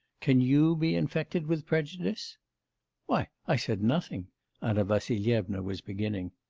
can you be infected with prejudice why, i said nothing anna vassilyevna was beginning.